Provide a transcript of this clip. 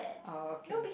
oh okay